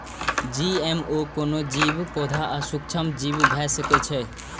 GMO कोनो जीव, पौधा आ सूक्ष्मजीव भए सकै छै